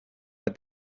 mai